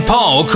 Paul